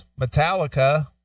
Metallica